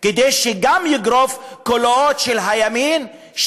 כדי שגם יגרוף קולות של הימין,